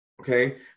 Okay